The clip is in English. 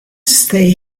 stay